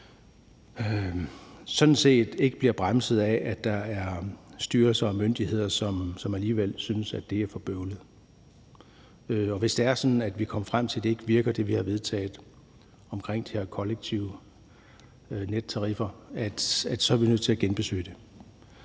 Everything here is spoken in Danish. sådan set ikke bliver bremset af, at der er styrelser og myndigheder, som alligevel synes, at det er for bøvlet. Og hvis vi kommer frem til, at det, vi har vedtaget omkring de her kollektive nettariffer, ikke virker, så er vi nødt til at genbesøge det.